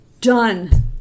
Done